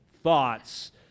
Thoughts